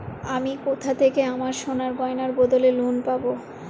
আমি কোথা থেকে আমার সোনার গয়নার বদলে লোন পাবো?